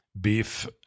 beef